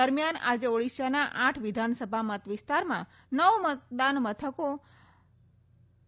દરમિયાન આજે ઓડીશાના આઠ વિધાનસભા મતવિસ્તારમાં નવ મતદાન મથકો પર